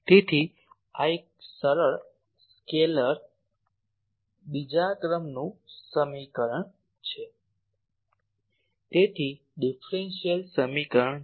તેથી આ એક સરળ સ્કેલર બીજું ક્રમનું સમીકરણ છે તેથી ડીફરેન્શીયલ સમીકરણ છે